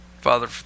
Father